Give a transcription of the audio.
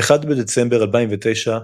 ב-1 בדצמבר 2009,